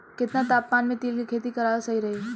केतना तापमान मे तिल के खेती कराल सही रही?